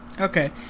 Okay